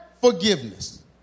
forgiveness